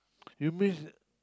you miss